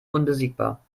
unbesiegbar